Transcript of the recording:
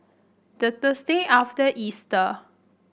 the Thursday after Easter